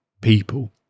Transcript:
people